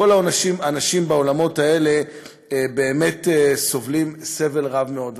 ואנשים בעולמות האלה באמת סובלים סבל רב מאוד.